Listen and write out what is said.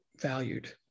valued